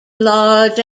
large